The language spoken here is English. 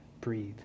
breathe